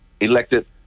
elected